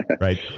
Right